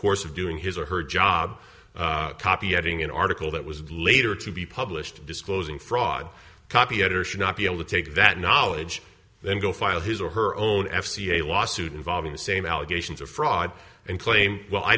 course of doing his or her job copy editing an article that was later to be published disclosing fraud copy editor should not be able to take that knowledge then go file his or her own f c a lawsuit involving the same allegations of fraud and claim well i